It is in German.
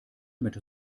mit